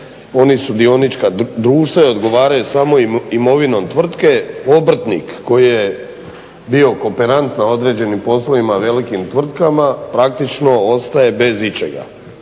oni su dionička društva i odgovaraju samo imovinom tvrtke obrtnik koji je bio kooperant na određenim poslovima velikim tvrtkama praktično ostaje bez ičega.